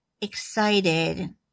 excited